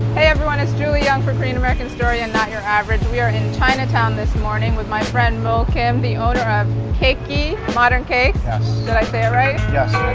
hey everyone it's julie young from korean american story and not your average we are in chinatown this morning with my friend moul kim, the owner of keki modern cakes did i say it right? yes,